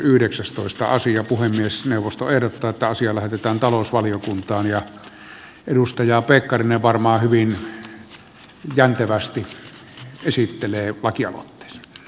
puhemiesneuvosto ehdottaa että asia lähetetään talousvaliokuntaan ja edustaja pekkarinen varmaan hyvin jäntevästi esittelee lakialoitteensa